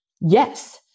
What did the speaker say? Yes